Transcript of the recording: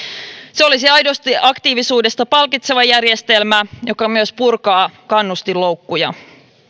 se olisi aidosti aktiivisuudesta palkitseva järjestelmä joka myös purkaa kannustinloukkuja